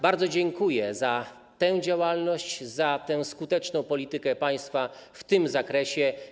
Bardzo dziękuję za tę działalność, za tę skuteczną politykę państwa w tym zakresie.